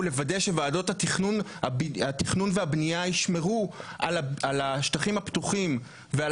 לוודא שוועדות התכנון והבנייה ישמרו על השטחים הפתוחים ועל